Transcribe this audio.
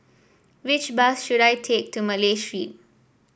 which bus should I take to Malay Street